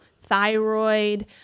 thyroid